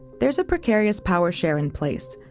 there's a precarious power share in place.